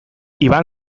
iban